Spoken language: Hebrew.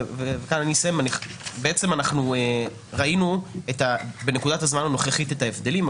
וכאן אני אסיים ראינו בנקודת הזמן הנוכחית את ההבדלים,